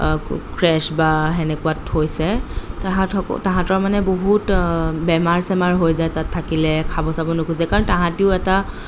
crash বা সেনেকুৱাত হৈছে তাহাঁতসকল তাহাঁতৰ মানে বহুত বেমাৰ চেমাৰ হৈ যায় তাত থাকিলে খাব চাব নুখুজে কাৰণ তাহাঁতিও এটা